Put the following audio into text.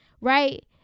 right